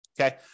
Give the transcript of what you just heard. Okay